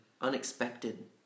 unexpected